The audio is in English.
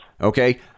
Okay